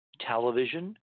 television